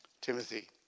Timothy